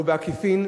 ובעקיפין,